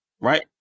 Right